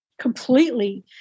completely